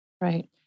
Right